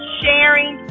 sharing